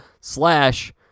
slash